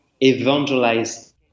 evangelize